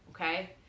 Okay